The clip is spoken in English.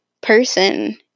person